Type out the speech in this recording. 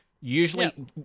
usually